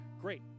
great